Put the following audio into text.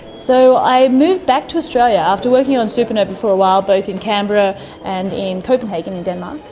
so i moved back to australia after working on supernovae for a while, both in canberra and in copenhagen in denmark.